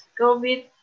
COVID